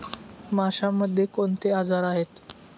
माशांमध्ये कोणते आजार आहेत?